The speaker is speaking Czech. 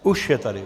Už je tady.